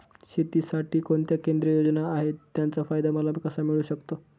शेतीसाठी कोणत्या केंद्रिय योजना आहेत, त्याचा फायदा मला कसा मिळू शकतो?